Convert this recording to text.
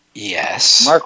Yes